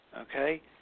okay